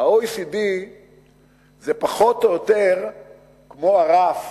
ה-OECD זה פחות או יותר כמו הרף